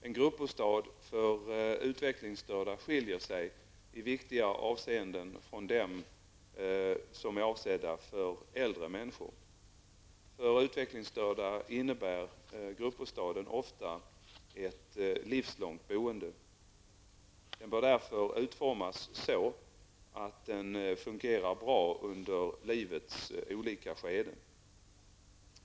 En gruppbostad för utvecklingsstörda skiljer sig i viktiga avseenden från dem som är avsedda för äldre människor. För utvecklingsstörda innebär gruppbostaden ofta ett livslångt boende. Den bör därför utformas så att den fungerar bra under livets olika skeden.